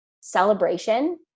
celebration